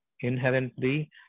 inherently